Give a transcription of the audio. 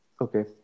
Okay